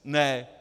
Ne.